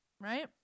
Right